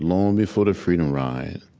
long before the freedom rides,